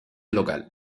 local